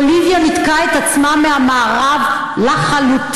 בוליביה ניתקה את עצמה מהמערב לחלוטין.